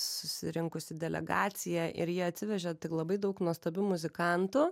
susirinkusi delegacija ir jie atsivežė tik labai daug nuostabių muzikantų